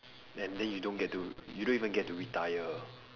and then you don't get to you don't even get to retire